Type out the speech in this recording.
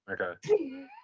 Okay